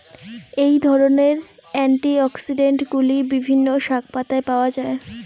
এই ধরনের অ্যান্টিঅক্সিড্যান্টগুলি বিভিন্ন শাকপাতায় পাওয়া য়ায়